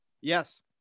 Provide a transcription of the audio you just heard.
Yes